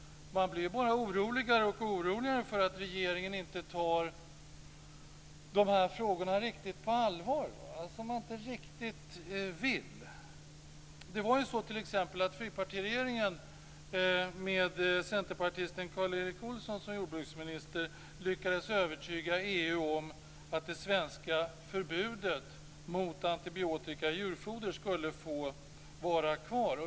Man blir bara oroligare och oroligare för att regeringen inte tar dessa frågor riktigt på allvar, som om regeringen inte riktigt vill. Olsson som jordbruksminister lyckades övertyga EU om att det svenska förbudet mot antibiotika i djurfoder skulle få vara kvar.